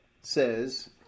says